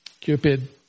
Cupid